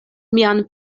mian